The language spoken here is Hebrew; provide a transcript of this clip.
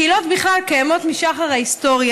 קהילות בכלל קיימות משחר ההיסטוריה,